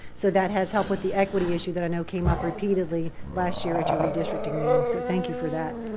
so that has helped with the equity issue that i know came up repeatedly last year at your redistricting meeting. so thank you for that.